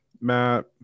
Matt